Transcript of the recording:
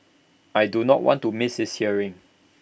I do not want to misses hearing